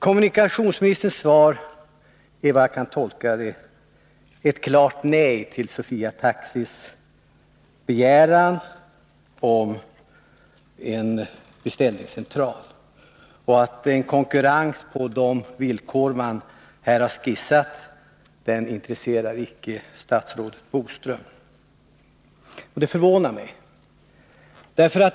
Kommunikationsministerns svar innebär, såvitt jag kan tolka det, ett klart nej till Sofia Taxis begäran om en beställningscentral och att en konkurrens på de villkor man här har skissat icke intresserar statsrådet Boström. Det förvånar mig.